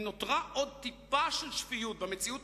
אם נותרה עוד טיפה של שפיות במציאות